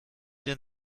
den